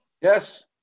Yes